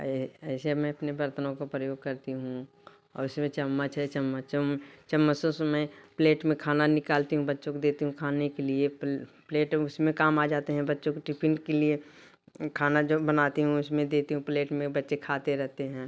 ऐ ऐसे मैं अपने बर्तनों को प्रयोग करती हूँ और उसमें चम्मच है चम्मचों में चम्मचों से मैं प्लेट में खाना निकलती हूँ बच्चों को देती हूँ खाने के लिए पल्ल प्लेट उसमें काम आ जाते हैं बच्चों के टिफिन के लिए खाना जो बनाती हूँ उसमें देती हूँ प्लेट में वो बच्चे खाते रहते हैं